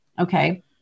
Okay